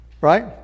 right